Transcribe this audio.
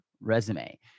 resume